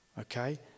Okay